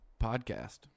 podcast